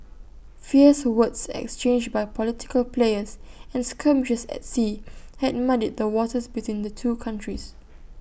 fierce words exchanged by political players and skirmishes at sea had muddied the waters between the two countries